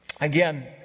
Again